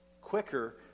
quicker